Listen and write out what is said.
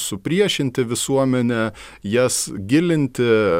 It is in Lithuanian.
supriešinti visuomenę jas gilinti